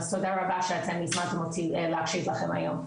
אז תודה רבה שאתם הזמנתם אותי להקשיב לכם היום.